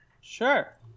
Sure